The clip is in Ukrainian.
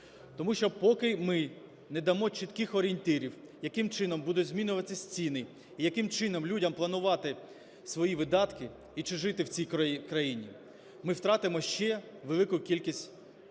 Тому що поки ми не дамо чітких орієнтирів, яким чином будуть змінюватися ціни і яким чином людям планувати свої видатки, і чи жити в цій країні, ми втратимо ще велику кількість наших